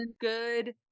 good